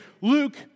Luke